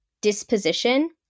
disposition